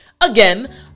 Again